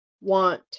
want